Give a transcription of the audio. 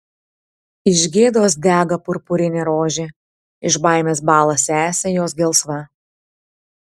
iš gėdos dega purpurinė rožė iš baimės bąla sesė jos gelsva